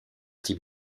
type